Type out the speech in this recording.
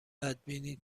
بدبینی